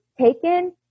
taken